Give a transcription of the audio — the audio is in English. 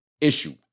issue